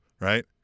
right